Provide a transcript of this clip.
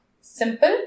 Simple